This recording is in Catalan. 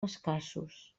escassos